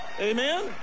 Amen